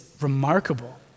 remarkable